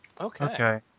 Okay